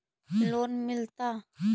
Loan मिलता?